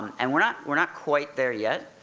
and we're not we're not quite there yet,